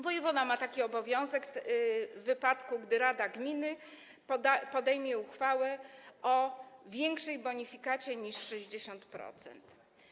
Wojewoda ma taki obowiązek, w wypadku gdy rada gminy podejmie uchwałę o większej bonifikacie niż 60%.